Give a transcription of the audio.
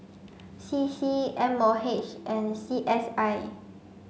C C M O H and C S I